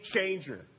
changer